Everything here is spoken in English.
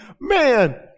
Man